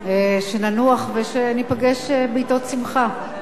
שננוח ושניפגש בעתות שמחה.